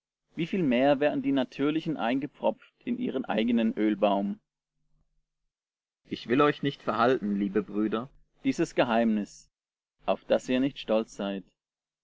wie viel mehr werden die natürlichen eingepropft in ihren eigenen ölbaum ich will euch nicht verhalten liebe brüder dieses geheimnis auf daß ihr nicht stolz seid